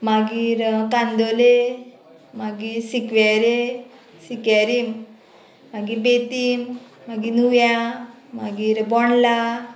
मागीर कांदोले मागीर सिकवेरे सिकेरीम मागी बेतीम मागी नुव्या मागीर बोंडला